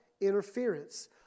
Interference